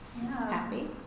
happy